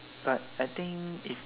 but I think is